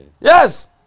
Yes